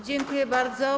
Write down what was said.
Dziękuję bardzo.